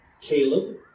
Caleb